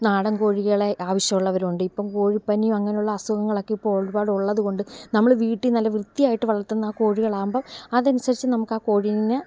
നാടൻ കോഴികളെ ആവശ്യമുള്ളവരുണ്ട് ഇപ്പം കോഴിപ്പനിയോ അങ്ങനെയുള്ള അസുഖങ്ങളൊക്കെ ഇപ്പം ഒൾപ്പെട്ടുള്ളത് കൊണ്ട് നമ്മൾ വീട്ടിൽ നല്ല വൃത്തിയായിട്ട് വളർത്തുന്ന കോഴികളാകുമ്പം അതനുസരിച്ച് നമുക്കാ കോഴീനെ